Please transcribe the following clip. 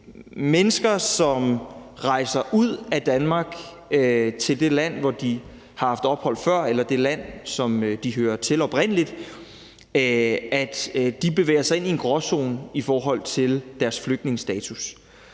mennesker, som rejser ud af Danmark til det land, hvor de har haft ophold før, eller til det land, som de hører til oprindeligt, bevæger sig ind i en gråzone i forhold til deres flygtningestatus.